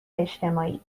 اجتماعی